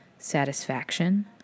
Satisfaction